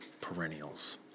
perennials